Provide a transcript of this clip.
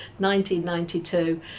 1992